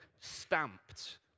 stamped